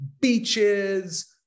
beaches